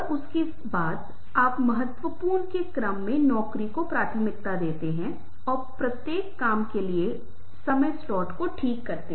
इसलिए आप देखते हैं कि जब हम माइंड मैप देख रहे होते हैं तो यह फैलने लगता है